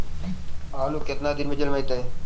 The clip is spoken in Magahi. आलू केतना दिन में जलमतइ?